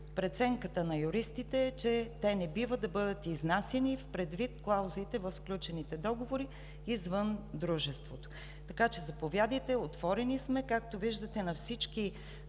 Преценката на юристите е, че те не бива да бъдат изнасяни, предвид клаузите в сключените договори, извън Дружеството. Заповядайте, отворени сме. Както виждате на всички